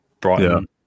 Brighton